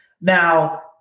Now